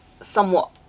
somewhat